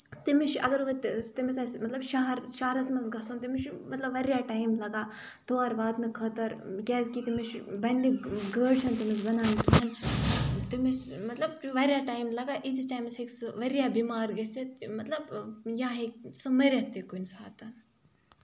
تٔمِس چھُ اَگر وں تٔہ تٔمِس آسہِ شہر شہرَس منٛز گژھُن تٔمِس چھُ مطلب واریاہ ٹایم لگان تور واتنہٕ خٲطرٕ کیازِ کہِ تٔمِس چھُ بَننہٕ گٲڑۍ چھنہٕ تٔمِس بَنان کِہینۍ تٔمِس مطلب واریاہ ٹایم لگان یٖتِس ٹایمَس ہیٚکہِ سُہ واریاہ بیمار گٔژھِتھ مطلب یا ہیٚکہِ سُہ مٔرِتھ تہِ کُنہِ ساتن